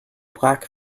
black